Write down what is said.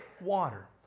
water